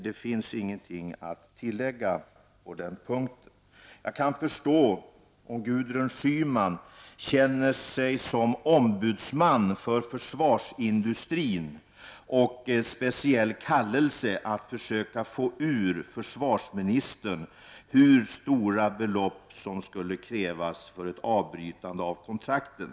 Det finns ingenting att tillägga på den punkten. Jag kan förstå om Gudrun Schyman känner sig som ombudsman för försvarsindustrin och känner sig ha en speciell kallelse att försöka få ur försvarsministern hur stora belopp som skulle krävas för ett avbrytande av kontrakten.